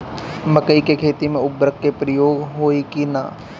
मकई के खेती में उर्वरक के प्रयोग होई की ना?